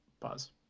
Pause